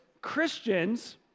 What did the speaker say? Christians